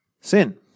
sin